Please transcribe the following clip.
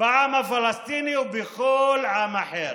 בעם הפלסטיני ובכל עם אחר.